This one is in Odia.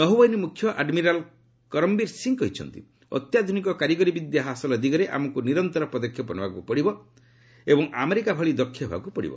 ନୌବାହିନୀ ମୁଖ୍ୟ ଆଡମିରାଲ୍ କରମବୀର ସିଂହ କହିଛନ୍ତି ଅତ୍ୟାଧୁନିକ କାରିଗରିବିଦ୍ୟା ହାସଲ ଦିଗରେ ଆମକୁ ନିରନ୍ତର ପଦକ୍ଷେପ ନେବାକୁ ପଡ଼ିବ ଏବଂ ଆମେରିକା ଭଳି ଦକ୍ଷ ହେବାକୁ ପଡ଼ିବ